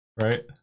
Right